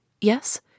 Yes